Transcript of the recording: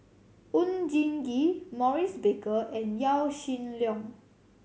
Oon Jin Gee Maurice Baker and Yaw Shin Leong